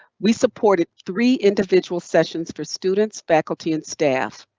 we supported three individual sessions for students, faculty and staff.